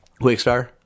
Quickstar